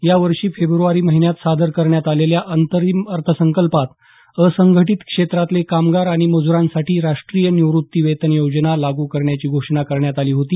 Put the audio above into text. या वर्षी फेब्रवारी महिन्यात सादर करण्यात आलेल्या अंतरिम अर्थसंकल्पात असंघटीत क्षेत्रातले कामगार आणि मज्रांसाठी राष्ट्रीय निवृत्ती वेतन योजना लागू करण्याची घोषणा करण्यात आली होती